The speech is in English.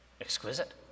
Exquisite